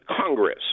Congress